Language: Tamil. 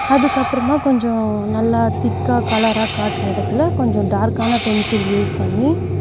அதுக்கப்புறம் கொஞ்சம் நல்லா திக்காக கலராக காட்டுற இடத்துல கொஞ்சம் டார்க்கான பென்சில் யூஸ் பண்ணி